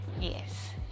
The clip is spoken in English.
yes